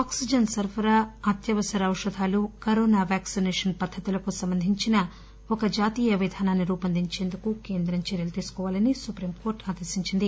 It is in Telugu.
ఆక్పిజన్ సరఫరా అత్యవసర ఔషధాలు కరోనా వాక్సినేషన్ పద్దతులకు సంబంధించిన ఓ జాతీయ విధానాన్ని రూపొందించేందుకు కేంద్రం చర్యలు తీసుకోవాలని సుప్రీంకోర్టు ఈరోజు ఆదేశించింది